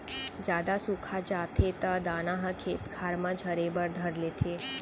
जादा सुखा जाथे त दाना ह खेत खार म झरे बर धर लेथे